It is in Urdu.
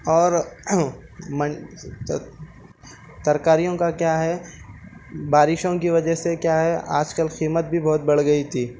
اور مَن تو ترکاریوں کا کیا ہے بارشوں کی وجہ سے کیا ہے آج کل قیمت بھی بہت بڑھ گئی تھی